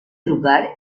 lugar